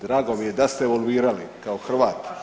Drago mi je da ste evoluirali kao Hrvat.